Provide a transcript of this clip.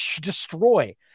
destroy